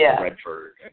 Redford